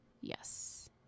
Yes